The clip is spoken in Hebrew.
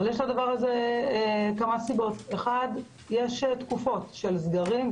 אבל יש לדבר הזה כמה סיבות: 1. יש תקופות של סגרים,